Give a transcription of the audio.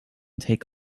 take